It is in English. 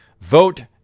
Vote